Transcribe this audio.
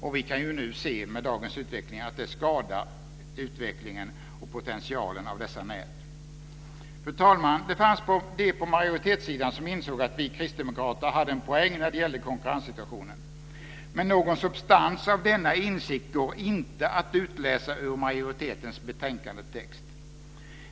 Med dagens utveckling kan vi se att det skadar utvecklingen och potentialen när det gäller dessa nät. Det fanns de på majoritetssidan som insåg att vi kristdemokrater hade en poäng när det gällde konkurrenssituationen. Men någon substans av denna insikt går inte att utläsa ur majoritetens betänkandetext.